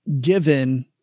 given